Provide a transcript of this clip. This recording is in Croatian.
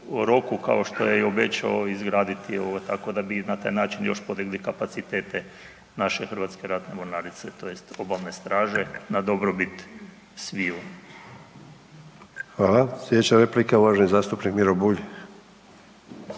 roku kao što je i obećao izgraditi. Tako da bi na taj način još podigli kapacitete naše Hrvatske ratne mornarice tj. Obalne straže na dobrobit sviju. **Sanader, Ante (HDZ)** Hvala. Sljedeća replika uvaženi zastupnik Miro Bulj.